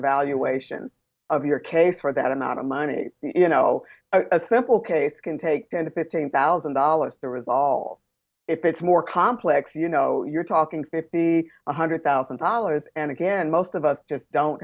evaluations of your case for that amount of money you know a simple case can take ten to fifteen thousand dollars there was all if it's more complex you know you're talking fifty one hundred thousand dollars and again most of us just don't